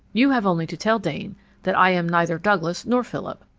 you have only to tell dane that i am neither douglas nor philip,